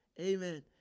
Amen